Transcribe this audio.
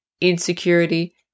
insecurity